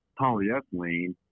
polyethylene